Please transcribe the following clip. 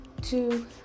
Two